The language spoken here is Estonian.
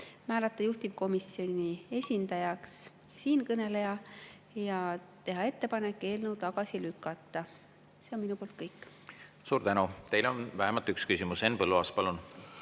määrata juhtivkomisjoni esindajaks siinkõneleja ja teha ettepanek eelnõu tagasi lükata. See on minu poolt kõik. Suur tänu! Teile on vähemalt üks küsimus. Henn Põlluaas, palun!